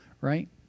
right